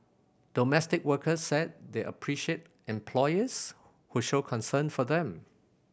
domestic workers said they appreciate employers who show concern for them